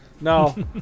No